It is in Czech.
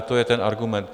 To je ten argument.